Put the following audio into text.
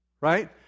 Right